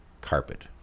carpet